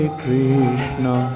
krishna